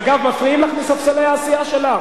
אגב, מפריעים לך מספסלי הסיעה שלך.